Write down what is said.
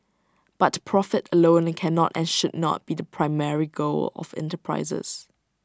but profit alone cannot and should not be the primary goal of enterprises